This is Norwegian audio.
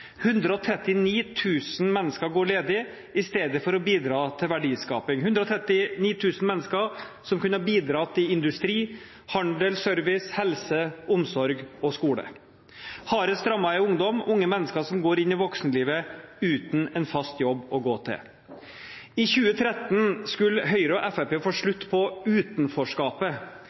000 mennesker går ledig i stedet for å bidra til verdiskaping – 139 000 mennesker som kunne bidratt i industri, handel, service, helse, omsorg og skole. Hardest rammet er ungdom, unge mennesker som går inn i voksenlivet uten en fast jobb å gå til. I 2013 skulle Høyre og Fremskrittspartiet få slutt på utenforskapet.